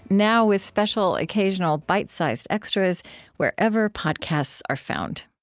now with special, occasional bite-sized extras wherever podcasts are found